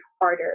harder